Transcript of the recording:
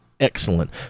excellent